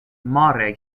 mare